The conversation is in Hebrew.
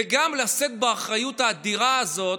וגם לשאת באחריות האדירה הזאת,